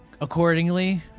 accordingly